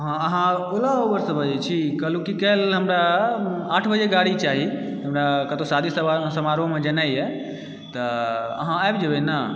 हँ अहाँ ओला उबरसँ बजै छी कहलहुँ कि काल्हि हमरा आठ बजे गाड़ी चाही हमरा कतहुँ शादी समारोहमे जेनाइ यऽ तऽ अहाँ आबि जेबै नऽ